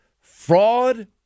fraud